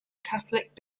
catholic